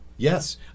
Yes